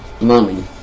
money